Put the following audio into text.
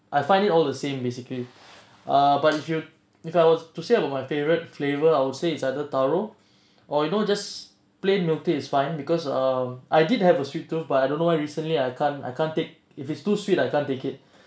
I find it all the same basically ah but if you if I was to share about my favorite flavor I would say it's either taro or you know just plain milk tea is fine because um I did have a sweet tooth but I don't know why recently I can't I can't take if it's too sweet I can't take it